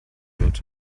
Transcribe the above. wird